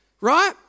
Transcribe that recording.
right